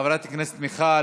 חברת הכנסת מיכל,